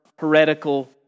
Heretical